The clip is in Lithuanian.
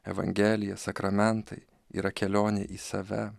evangelija sakramentai yra kelionė į save